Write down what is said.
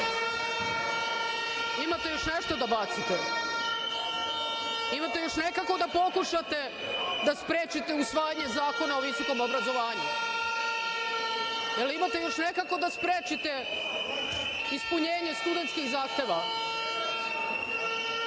imate još nešto da bacite? Imate još nekako da pokušate da sprečite usvajanje Zakona o visokom obrazovanju? Imate još nekako da sprečite ispunjenje studentskih zahteva?